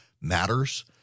matters